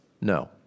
No